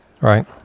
right